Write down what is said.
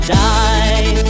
die